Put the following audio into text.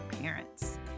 parents